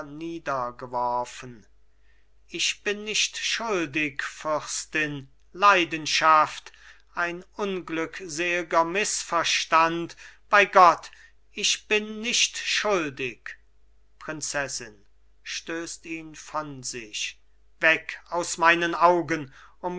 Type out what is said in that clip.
niedergeworfen ich bin nicht schuldig fürstin leidenschaft ein unglückselger mißverstand bei gott ich bin nicht schuldig prinzessin stößt ihn von sich weg aus meinen augen